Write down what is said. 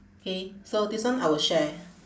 K so this one I will share